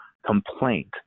Complaint